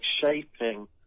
shaping